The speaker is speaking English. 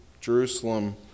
Jerusalem